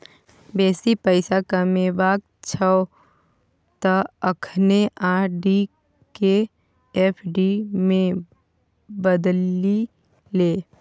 बेसी पैसा कमेबाक छौ त अखने आर.डी केँ एफ.डी मे बदलि ले